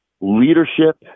Leadership